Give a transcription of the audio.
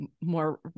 more